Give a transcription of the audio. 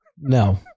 No